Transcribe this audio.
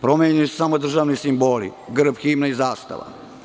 Promenjeni su samo državni simboli, grb, himna i zastava.